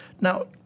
Now